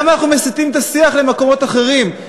למה אנחנו מסיטים את השיח למקומות אחרים?